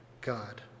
God